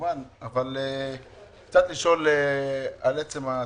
אני רוצה לשאול על עצם התקציב.